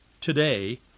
today